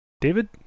david